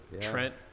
Trent